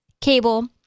cable